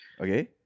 Okay